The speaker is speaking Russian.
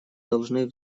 должны